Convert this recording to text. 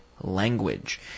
language